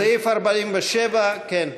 סעיף 47. יש.